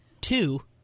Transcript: two